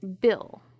bill